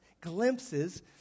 glimpses